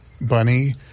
Bunny